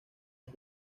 los